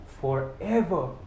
forever